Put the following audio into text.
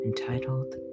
entitled